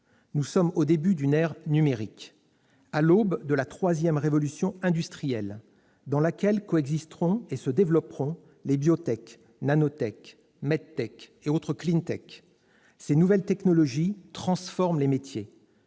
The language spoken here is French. Nous sommes au début d'une ère numérique, à l'aube de la troisième révolution industrielle, dans laquelle coexisteront et se développeront les,, et autres. Ces nouvelles technologies transforment les métiers.